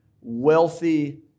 wealthy